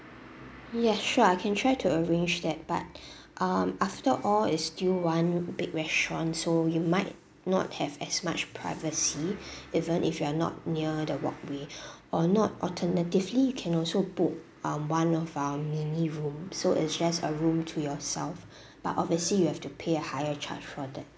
yes sure I can try to arrange that part um after all is still one big restaurant so you might not have as much privacy even if you're not near the walkway or not alternatively you can also book um one of our mini room so is just a room to yourself but obviously you have to pay a higher charge for that